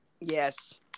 yes